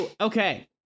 Okay